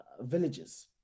villages